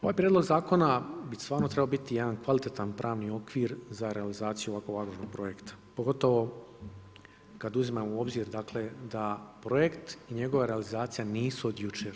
Ovaj prijedlog zakona bi stvarno trebao biti jedan kvalitetan pravni okvir za realizaciju ovako važnog projekta, pogotovo kada uzimamo u obzir da projekt i njegova realizacija nisu od jučer.